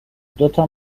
دوتا